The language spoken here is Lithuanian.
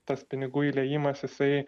tas pinigų įliejimas jisai